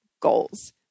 goals